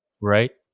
Right